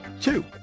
two